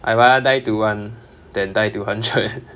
I rather die to one that die to hundred